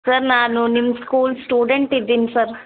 sir ನಾನು ನಿಮ್ಮ school student ಇದ್ದೀನಿ ಸರ್